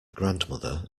grandmother